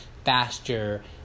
faster